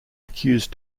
accused